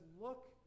look